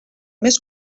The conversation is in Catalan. més